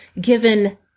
given